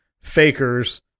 fakers